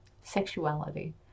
Sexuality